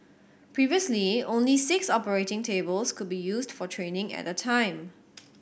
previously only six operating tables could be used for training at a time